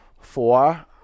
Four